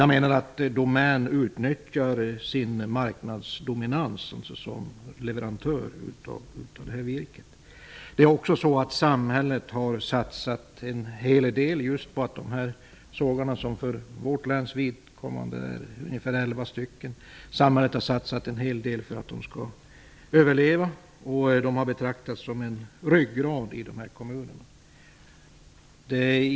Jag menar att Domän utnyttjar sin marknadsdominans som leverantör av virket. Samhället har satsat en hel del på att sågarna skall överleva. För vårt läns vidkommande är de elva stycken. De har betraktats som en ryggrad i kommunerna.